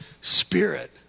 spirit